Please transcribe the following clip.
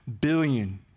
billion